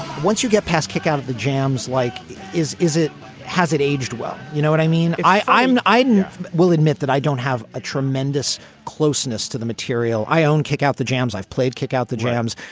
once you get past kick out of the jams, like is is it has it aged well, you know what i mean? i mean, i will admit that i don't have a tremendous closeness to the material i own. kick out the jams i've played, kick out the jams.